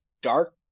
Dark